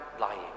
lying